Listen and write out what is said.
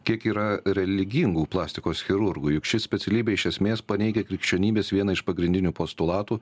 kiek yra religingų plastikos chirurgų juk ši specialybė iš esmės paneigia krikščionybės viena iš pagrindinių postulatų